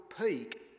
peak